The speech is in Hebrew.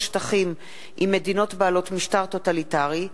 שטחים עם מדינות בעלות משטר טוטליטרי,